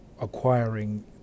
acquiring